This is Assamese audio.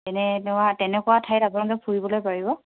এনেই ধৰা তেনেকুৱা ঠাইত আপোনালোকে ফুৰিবলৈ পাৰিব